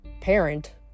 parent